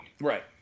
right